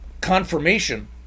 confirmation